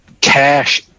cash